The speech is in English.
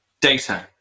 data